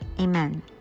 Amen